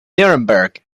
nuremberg